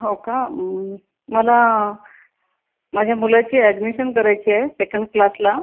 हो का मला माझ्या मुलाची अॅडमिशन करायची आहे सेकंड क्लासला